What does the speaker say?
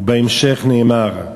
ובהמשך נאמר: